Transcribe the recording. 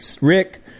Rick